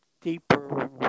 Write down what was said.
deeper